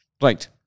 Right